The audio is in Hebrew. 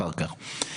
לא הכי מעולים,